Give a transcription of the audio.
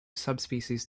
subspecies